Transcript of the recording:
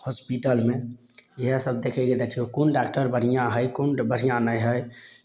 हॉस्पिटलमे इएह सब देखयके देखियौ कोन डॉक्टर बढ़िआँ हइ कोन बढ़िआँ नहि हइ